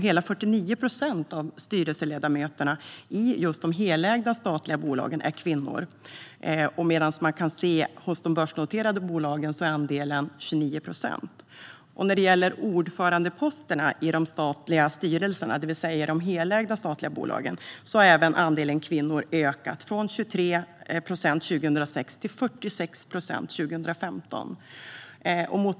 Hela 49 procent av styrelseledamöterna i de helägda statliga bolagen är kvinnor, medan andelen hos de börsnoterade bolagen är 29 procent. När det gäller ordförandeposterna i de statliga styrelserna - det vill säga i de helägda statliga bolagen - har andelen kvinnor också ökat, från 23 procent 2006 till 46 procent 2015.